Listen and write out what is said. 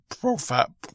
profile